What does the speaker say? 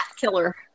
killer